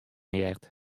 heard